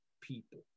people